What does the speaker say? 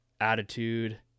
attitude